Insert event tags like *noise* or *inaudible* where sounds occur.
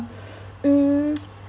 *breath* mm